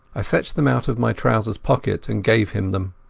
i fetched them out of my trouser pocket and gave him them.